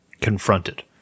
confronted